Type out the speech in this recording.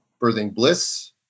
birthingbliss